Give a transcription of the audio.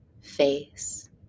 face